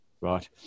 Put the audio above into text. right